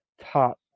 top